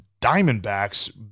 Diamondbacks